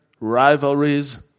rivalries